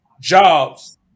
jobs